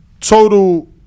total